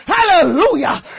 Hallelujah